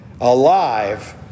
alive